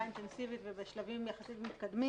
אינטנסיבית ובשלבים יחסית מתקדמים.